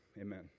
Amen